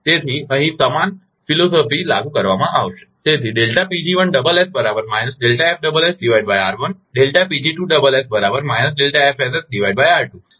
તેથી અહીં સમાન તત્વજ્ઞાનફિલસૂફી લાગુ કરવામાં આવશે